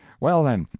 well, then,